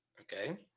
okay